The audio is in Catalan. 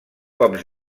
cops